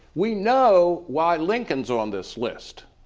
we know why lincoln's on this list.